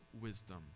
wisdom